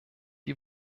die